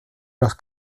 los